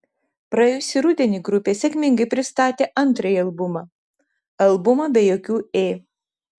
praėjusį rudenį grupė sėkmingai pristatė antrąjį albumą albumą be jokių ė